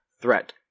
threat